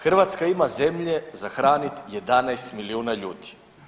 Hrvatska ima zemlje za hraniti 11 milijuna ljudi.